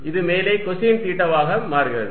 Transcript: இது மேலே கொசைன் தீட்டாவாக மாறுகிறது